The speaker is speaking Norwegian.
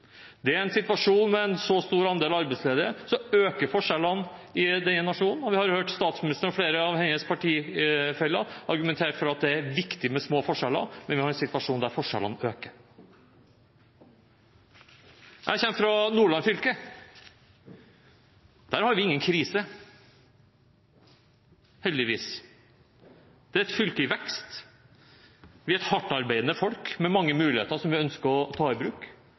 en situasjon med en så stor andel arbeidsledige øker forskjellene i nasjonen, og vi har hørt statsministeren og flere av hennes partifeller argumentere for at det er viktig med små forskjeller, men vi har en situasjon der forskjellene øker. Jeg kommer fra Nordland fylke. Der er det ingen krise, heldigvis. Det er et fylke i vekst, med hardtarbeidende folk med mange muligheter som man ønsker å ta i bruk.